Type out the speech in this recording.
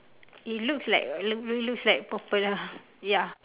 it looks like looks looks like purple lah ya